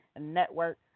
Network